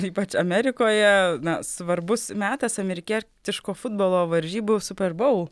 ypač amerikoje na svarbus metas amerikietiško futbolo varžybų super baul